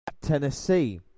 Tennessee